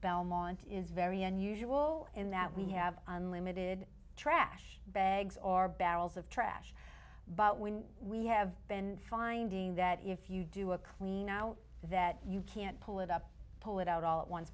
belmont is very unusual in that we have unlimited trash bags or barrels of trash but when we have been finding that if you do a clean out that you can't pull it up pull it out all at once